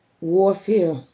warfare